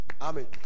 amen